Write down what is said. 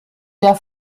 der